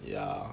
ya